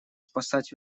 спасать